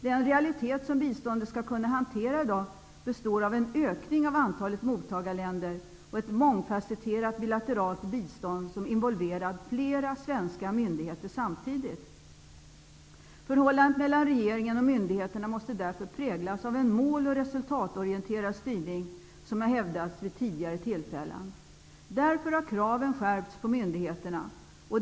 Den realitet som biståndet i dag skall kunna hantera består av en ökning av antalet mottagarländer och ett mångfasetterat bilateralt bistånd som involverar flera svenska myndigheter samtidigt. Förhållandet mellan regeringen och myndigheterna måste därför präglas av en mål och resultatorienterad styrning, som hävdats tidigare. Därför har kraven på myndigheterna skärpts.